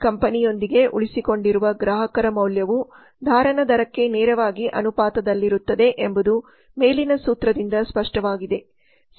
ಕಂಪನಿಯೊಂದಿಗೆ ಉಳಿಸಿಕೊಂಡಿರುವ ಗ್ರಾಹಕರ ಮೌಲ್ಯವು ಧಾರಣ ದರಕ್ಕೆ ನೇರವಾಗಿ ಅನುಪಾತದಲ್ಲಿರುತ್ತದೆ ಎಂಬುದು ಮೇಲಿನ ಸೂತ್ರದಿಂದ ಸ್ಪಷ್ಟವಾಗಿದೆ